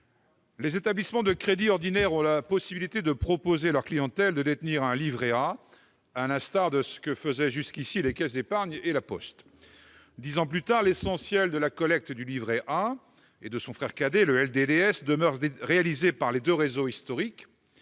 les établissements de crédit ordinaires ont la possibilité de proposer à leur clientèle de détenir un livret A, à l'instar de ce que faisaient jusqu'alors les caisses d'épargne et La Poste. Dix ans plus tard, l'essentiel de la collecte du livret A et de son frère cadet, le livret de développement